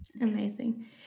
Amazing